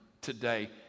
today